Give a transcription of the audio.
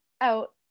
out